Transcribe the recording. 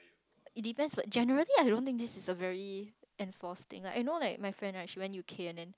it depends but generally I don't think this is a very enforce thing lah eh you know like my friend lah she went U_K and then